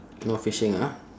no fishing ah